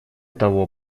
того